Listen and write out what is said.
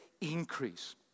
increase